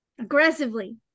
aggressively